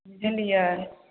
बुझलिए